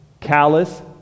callous